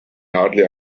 hardly